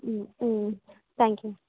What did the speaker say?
ಹ್ಞೂ ಹ್ಞೂ thank you